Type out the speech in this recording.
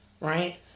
Right